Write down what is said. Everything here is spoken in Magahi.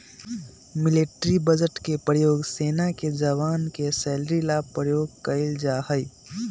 मिलिट्री बजट के प्रयोग सेना के जवान के सैलरी ला प्रयोग कइल जाहई